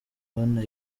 yvonne